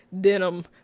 denim